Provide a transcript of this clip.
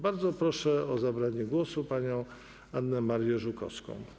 Bardzo proszę o zabranie głosu panią Annę Marię Żukowską.